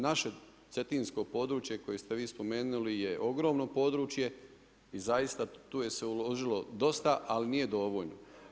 Naše cetinsko područje koje ste vi spomenuli je ogromno područje i zaista tu je se uložilo ali nije dovoljno.